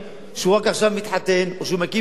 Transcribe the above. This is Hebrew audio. הוא רק עכשיו מתחתן, או שהוא מקים בית,